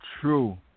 true